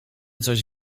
coś